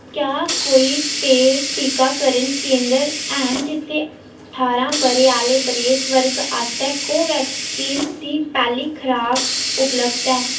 क्या कोई पेड टीकाकरण केंद्र हैन जित्थै ठारां ब'रें आह्ले बरेस वर्ग आस्तै कोवैक्सिन दी पैह्ली खराक उपलब्ध ऐ